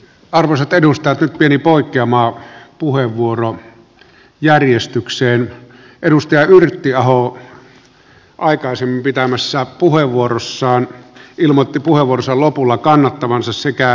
arvoisat edustajat eli poikkeamaa puheenvuoron järjestykseen perustelut jo aikaisemmin pitämässään puheenvuorossa hän ilmoitti tuovansa lopulla kannattavansa sekä